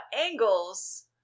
angles